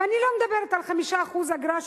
ואני לא מדברת על 5% עמלה,